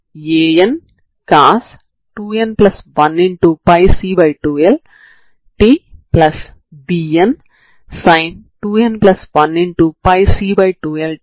కాబట్టి ఇప్పుడు మనం ఈ సమీకరణాన్ని దృష్ట్యా సమాకలనం చేయడానికి ప్రయత్నిస్తాము